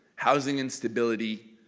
housing instability,